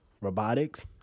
robotics